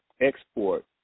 export